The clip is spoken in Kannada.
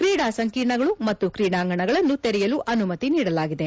ಕ್ರೀಡಾ ಸಂಕೀರ್ಣಗಳು ಮತ್ತು ಕ್ರೀಡಾಂಗಣಗಳನ್ನು ತೆರೆಯಲು ಅನುಮತಿ ನೀಡಲಾಗಿದೆ